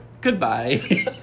goodbye